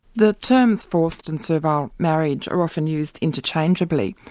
the terms forced and servile marriage are often used interchangeably,